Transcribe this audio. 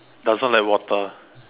doesn't like water